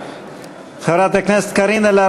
חברי הכנסת, 53